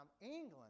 England